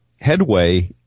headway